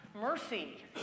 Mercy